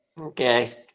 Okay